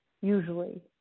usually